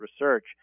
research